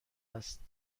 است